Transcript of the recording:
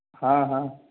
ہاں ہاں